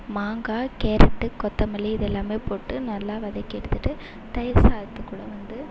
மாங்காய் கேரட்டு கொத்தமல்லி இது எல்லாம் போட்டு நல்லா வதக்கி எடுத்துகிட்டு தயிர் சாதத்துக்குள்ளே வந்து